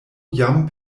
jam